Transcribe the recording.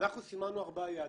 ואנחנו סימנו ארבעה יעדים.